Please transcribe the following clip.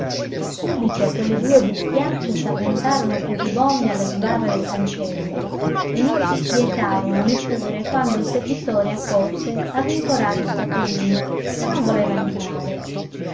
subito quelle due bestiacce s'avventarono furibonde alle sbarre del cancello e non si quietarono neppure quando il servitore accorse a rincorare spatolino che non voleva entrare